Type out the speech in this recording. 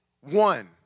one